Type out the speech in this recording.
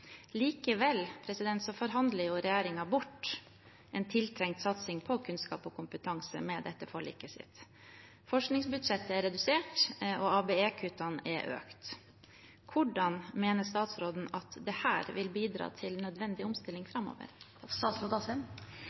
Likevel forhandler regjeringen bort en tiltrengt satsing på kunnskap og kompetanse med dette forliket. Forskningsbudsjettet er redusert, og ABE-kuttene er økt. Hvordan mener statsråden at dette vil bidra til nødvendig omstilling framover?